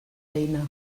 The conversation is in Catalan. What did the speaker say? eina